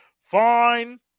fine